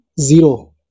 Zero